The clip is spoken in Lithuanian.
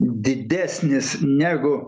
didesnis negu